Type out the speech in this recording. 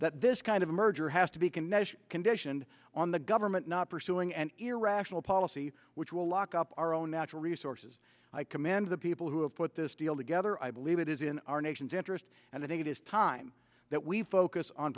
that this kind of merger has to be kinetic conditioned on the government not pursuing an irrational policy which will lock up our own natural resources i command the people who have put this deal together i believe it is in our nation's interest and i think it is time that we focus on